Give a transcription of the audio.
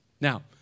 Now